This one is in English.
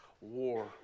war